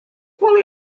qual